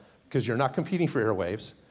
cause you're not competing for airwaves.